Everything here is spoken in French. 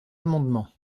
amendement